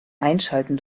einschalten